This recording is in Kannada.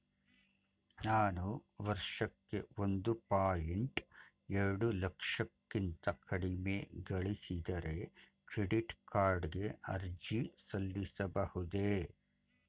ನಾನು ವರ್ಷಕ್ಕೆ ಒಂದು ಪಾಯಿಂಟ್ ಎರಡು ಲಕ್ಷಕ್ಕಿಂತ ಕಡಿಮೆ ಗಳಿಸಿದರೆ ಕ್ರೆಡಿಟ್ ಕಾರ್ಡ್ ಗೆ ಅರ್ಜಿ ಸಲ್ಲಿಸಬಹುದೇ?